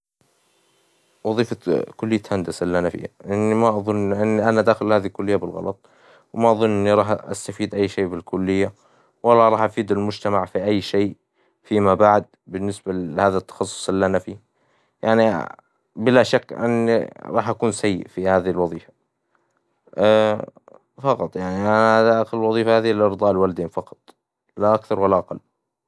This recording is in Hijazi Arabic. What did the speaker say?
وظيفة كليه هندسة إللي أنا فيها، لأني ما أظن إني أنا داخل هذي الكليه بالغلط، وما أظن إني راح أستفيد أي شي بالكليه، ولا راح أفيد المجتمع في أي شي فيما بعد بالنسبة لهذا التخصص إللي أنا فيه، يعني بلا شك إني راح أكون سيء في هذي الوظيفة فقط، يعني أنا داخل الوظيفة هذي لإرظاء الوالدين فقط لا أكثر ولا أقل.